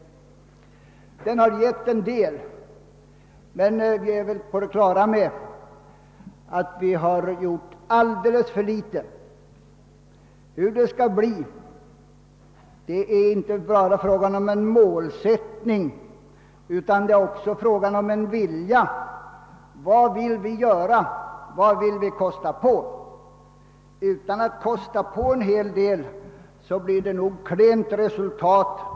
Lagstiftningen har givit en del, men vi är väl på det klara med att vi ändå gjort alldeles för litet. Hur det skall bli är inte bara en fråga om målsättningen utan också en fråga om viljan. Vad vill vi göra och vad vill vi kosta på denna sak? Utan att kosta på en hel del blir det nog ett klent resultat.